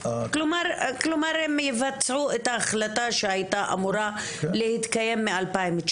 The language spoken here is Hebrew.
כלומר הם יבצעו את ההחלטה שהיתה אמורה להתקיים מ-2019,